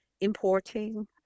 importing